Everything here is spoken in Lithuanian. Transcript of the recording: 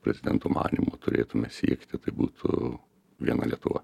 prezidento manymu turėtume siekti tai būtų viena lietuva